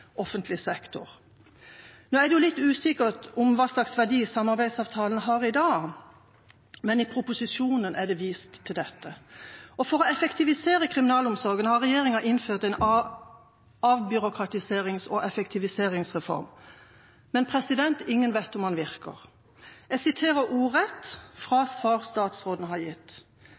offentlig sektor. Nå er det jo litt usikkert hva slags verdi samarbeidsavtalen har i dag, men i proposisjonen er det vist til dette. For å effektivisere kriminalomsorgen har regjeringa innført en avbyråkratiserings- og effektiviseringsreform, men ingen vet om den virker. Jeg refererer fra svar statsråden har gitt: